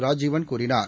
ராஜீவன் கூறினார்